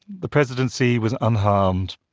the presidency was unharmed,